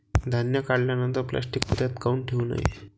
धान्य काढल्यानंतर प्लॅस्टीक पोत्यात काऊन ठेवू नये?